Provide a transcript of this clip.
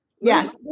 Yes